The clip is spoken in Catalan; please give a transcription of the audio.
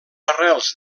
arrels